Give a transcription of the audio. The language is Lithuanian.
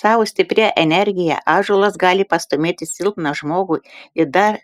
savo stipria energija ąžuolas gali pastūmėti silpną žmogų į dar